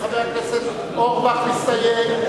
חבר הכנסת אורבך מסתייג,